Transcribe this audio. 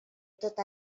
tot